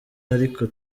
ariko